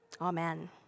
Amen